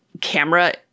camera